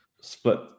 split